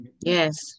Yes